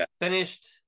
Finished